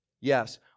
Yes